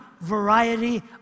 variety